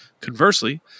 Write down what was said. Conversely